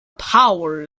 power